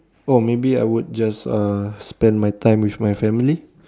oh maybe I will just uh spend my time with my family